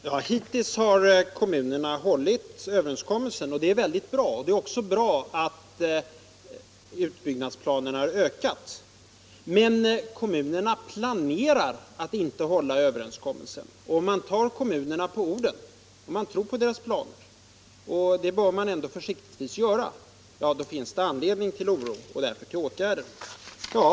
Herr talman! Ja, hittills har kommunerna hållit överenskommelsen, och det är väldigt bra. Det är också bra att utbyggnadsplanerna har förbättrats. Men kommunerna planerar att inte hålla överenskommelsen, och om man tror på deras planer — det bör man ändå försiktigtvis göra = finns det anledning till oro och därför till åtgärder.